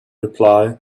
reply